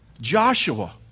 Joshua